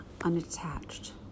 unattached